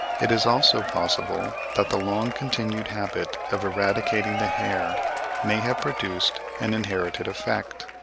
it is also possible that the long-continued habit of eradicating the hair may have produced an inherited effect.